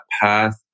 path